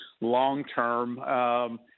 long-term